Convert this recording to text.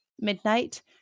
midnight